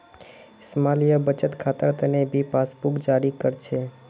small या बचत खातार तने भी पासबुकक जारी कर छे